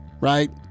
right